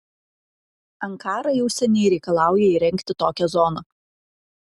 ankara jau seniai reikalauja įrengti tokią zoną